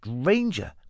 stranger